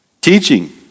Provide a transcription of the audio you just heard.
Teaching